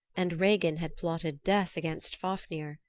and regin had plotted death against fafnir,